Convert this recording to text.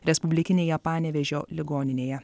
respublikinėje panevėžio ligoninėje